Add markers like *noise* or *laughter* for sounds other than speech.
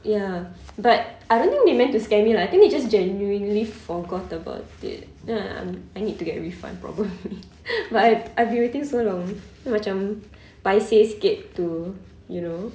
ya but I don't think they meant to scam me lah I think they just genuinely forgot about it then uh I need to get a refund probably *laughs* but I've already waiting so long then macam paiseh sikit to you know